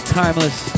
timeless